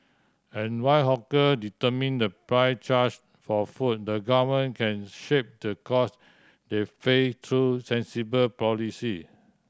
and while hawker determine the price charge for food the Government can shape the cost they face through sensible policy